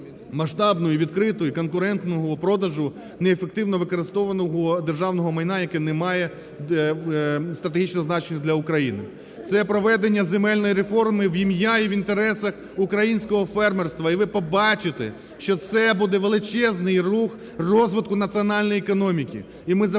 масштабного, відкритого, конкурентного продажу неефективно використовуваного державного майна, яке не має стратегічного значення для України; це проведення земельної реформи в ім'я і в інтересах українського фермерства, і ви побачите, що це буде величезний рух розвитку національної економіки,